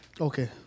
Okay